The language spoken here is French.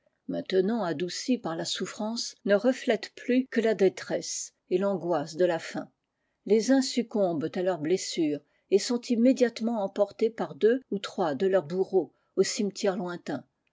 abeilles adoucis par la souffrance ne reflètent plus que la détresse et tangoisse de la fin les uns succombent à leurs blessures et sont immédiatement emportés par deux ou trois de leurs bourreaux aux cimetières lointains